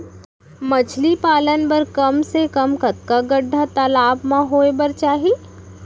मछली पालन बर कम से कम कतका गड्डा तालाब म होये बर चाही?